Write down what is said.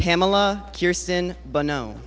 pamela cure sin but no